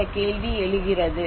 என்ற கேள்வி எழுகிறது